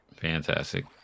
Fantastic